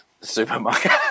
Supermarket